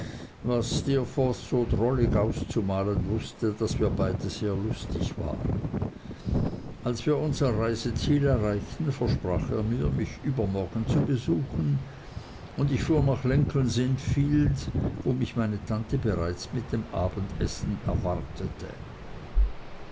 was steerforth so drollig auszumalen wußte daß wir beide sehr lustig waren als wir unser reiseziel erreichten versprach er mir mich übermorgen zu besuchen und ich fuhr nach lincolns inns fields wo mich meine tante bereits mit dem abendessen erwartete